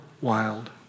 wild